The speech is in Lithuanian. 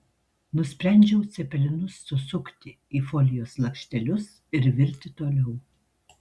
nusprendžiau cepelinus susukti į folijos lakštelius ir virti toliau